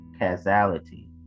causality